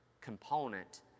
component